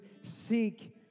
seek